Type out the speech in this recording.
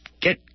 get